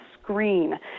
screen